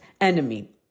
enemy